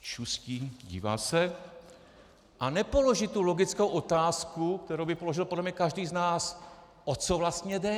Šustí, dívá se a nepoloží tu logickou otázku, kterou by položil podle mě každý z nás: O co vlastně jde?